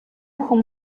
бүхэн